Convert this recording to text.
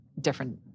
different